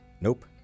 Nope